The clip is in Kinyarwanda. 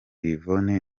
yvonne